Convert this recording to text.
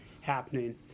happening